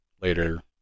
later